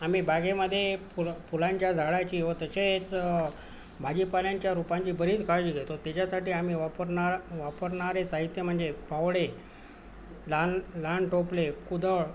आम्ही बागेमध्ये फुलं फुलांच्या झाडांची व तसे च भाजीपाल्यांच्या रोपांची बरीच काळजी घेतो त्याच्यासाठी आम्ही वापरणार वापरणारे साहित्य म्हणजे फावडे लहान लहान टोपले कुदळ